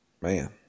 Man